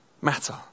matter